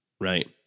Right